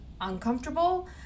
uncomfortable